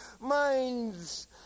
minds